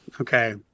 Okay